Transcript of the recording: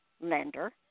lender